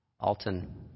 Alton